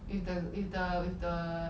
with the with the with the